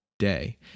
day